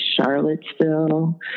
Charlottesville